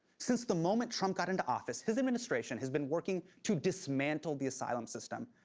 since the moment trump got into office, his administration has been working to dismantle the asylum system.